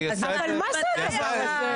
מה זה הדבר הזה?